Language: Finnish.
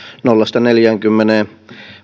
nolla viiva neljänkymmenen